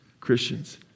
Christians